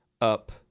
up